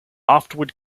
afterward